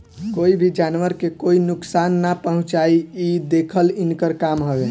कोई भी जानवर के कोई नुकसान ना पहुँचावे इ देखल इनकर काम हवे